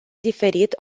diferit